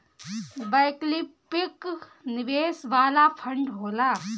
वैकल्पिक निवेश वाला फंड होला